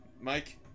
Mike